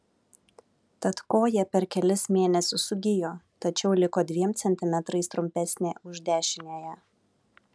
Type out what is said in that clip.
tad koja per kelis mėnesius sugijo tačiau liko dviem centimetrais trumpesnė už dešiniąją